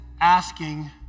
asking